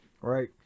Right